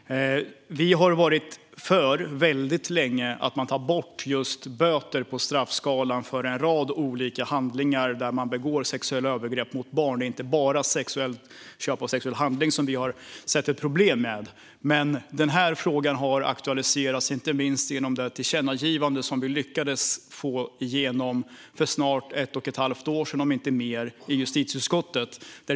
Vi har länge varit för att man tar bort böter ur straffskalan för en rad olika handlingar där sexuella övergrepp begås mot barn. Det är inte bara när det gäller köp av sexuell handling som vi har sett ett problem. Denna fråga har dock aktualiserats inte minst genom det tillkännagivande som vi lyckades få igenom för snart ett och ett halvt år sedan, om inte mer, i justitieutskottet.